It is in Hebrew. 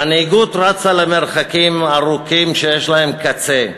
מנהיגות רצה למרחקים ארוכים שיש להם קצה.